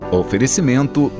oferecimento